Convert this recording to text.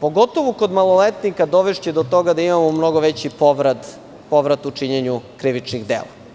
pogotovu kod maloletnika dovešće do toga da imamo mnogo veći povrat u činjenju krivičnih dela.